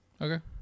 Okay